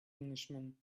englishman